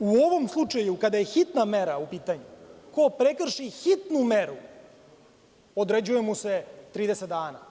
U ovom slučaju kada je hitna mera u pitanju, ko prekrši hitnu meru određuje mu se 30 dana.